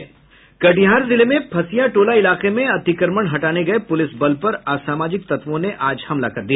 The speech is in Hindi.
कटिहार जिले में फसिया टोला इलाके में अतिक्रमण हटाने गये पूलिस बल पर असामाजिक तत्वों ने आज हमला कर दिया